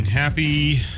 Happy